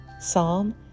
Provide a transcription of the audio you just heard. Psalm